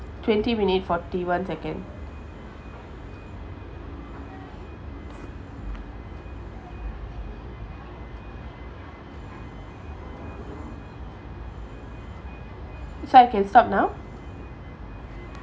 twenty minute forty one second so I can stop now